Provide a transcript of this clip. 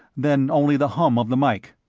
then only the hum of the mike.